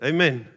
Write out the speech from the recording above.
Amen